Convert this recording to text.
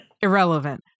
Irrelevant